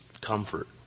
comfort